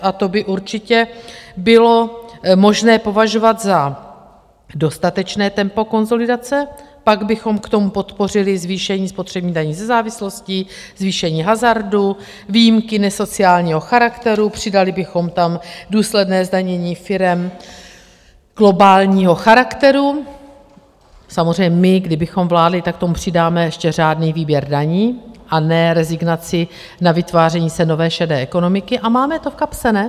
A to by určitě bylo možné považovat za dostatečné tempo konsolidace, pak bychom k tomu podpořili zvýšení spotřební daní ze závislostí, zvýšení hazardu, výjimky nesociálního charakteru, přidali bychom tam důsledné zdanění firem globálního charakteru samozřejmě my, kdybychom vládli, tak k tomu přidáme ještě řádný výběr daní a ne rezignaci na vytváření se nové šedé ekonomiky, a máme to v kapse, ne?